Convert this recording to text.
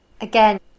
Again